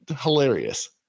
hilarious